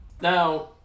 Now